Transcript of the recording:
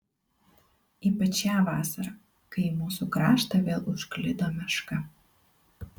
ypač šią vasarą kai į mūsų kraštą vėl užklydo meška